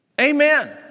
amen